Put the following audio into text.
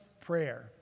prayer